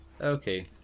Okay